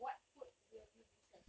what food will you be served